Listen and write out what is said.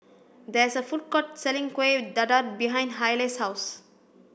there is a food court selling Kueh Dadar behind Hayley's house